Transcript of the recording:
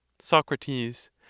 Socrates